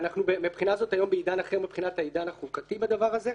מהבחינה הזאת אנחנו היום בעידן אחר מבחינת העידן החוקתי בדבר הזה,